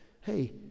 hey